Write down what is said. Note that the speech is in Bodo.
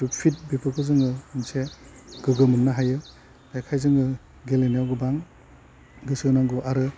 फिट बेफोरखौ जोङो मोनसे गोग्गो मोननो हायो बेखाय जोंङो गेलेनायाव गोबां गोसो होनांगौ आरो